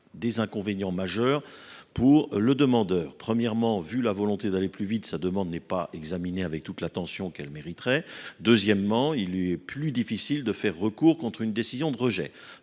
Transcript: des inconvénients majeurs pour le demandeur. Premièrement, du fait de cette volonté d’aller plus vite, sa demande n’est pas examinée avec toute l’attention qu’elle mérite. Deuxièmement, il lui est plus difficile de déposer un recours contre une décision de rejet